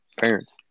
parents